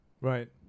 Right